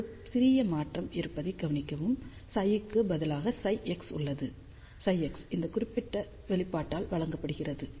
ஒரு சிறிய மாற்றம் இருப்பதை கவனிக்கவும் ψ க்கு பதிலாக ψx உள்ளது ψx இந்த குறிப்பிட்ட வெளிப்பாட்டால் வழங்கப்படுகிறது